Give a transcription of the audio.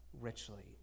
richly